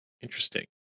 interesting